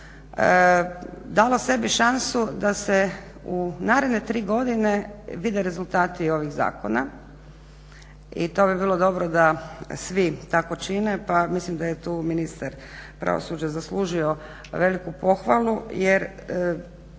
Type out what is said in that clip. mandata, dalo sebi šansu da se u naredne 3 godine vide rezultati ovih zakona i to bi bilo dobro da svi tako čine, pa mislim da je tu ministar pravosuđa zaslužio veliku pohvalu jer